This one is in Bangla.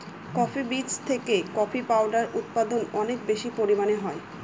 কফি বীজ থেকে কফি পাউডার উৎপাদন অনেক বেশি পরিমানে হয়